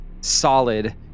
solid